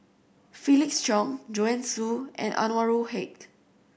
Felix Cheong Joanne Soo and Anwarul Haque